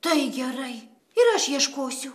tai gerai ir aš ieškosiu